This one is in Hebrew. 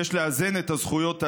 החוקי שהכנסת הזו חוקקה.